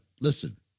listen